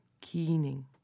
keening